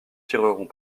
tireront